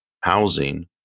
housing